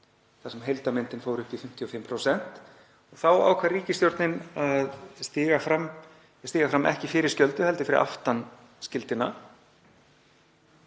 þar sem heildarmyndin fór upp í 55%. Þá ákvað ríkisstjórnin að stíga fram, ekki fyrir skjöldu heldur fyrir aftan skjöldinn,